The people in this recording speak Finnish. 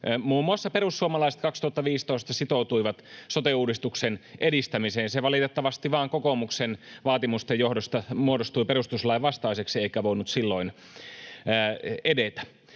muun muassa perussuomalaiset vuonna 2015 sitoutuivat sote-uudistuksen edistämiseen. Se valitettavasti vain kokoomuksen vaatimusten johdosta muodostui perustuslain vastaiseksi eikä voinut silloin edetä.